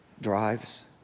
drives